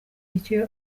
icyo